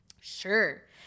Sure